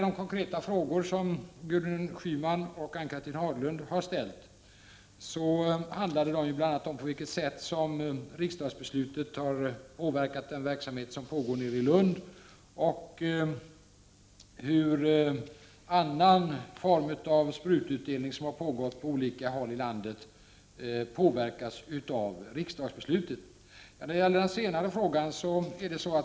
De konkreta frågor som Gudrun Schyman och Ann-Cathrine Haglund har ställt handlar bl.a. om på vilket sätt riksdagsbeslutet har påverkat den verksamhet som pågår i Lund och annan form av sprututdelning som pågått på olika håll i landet.